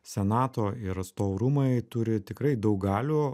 senato ir atstovų rūmai turi tikrai daug galių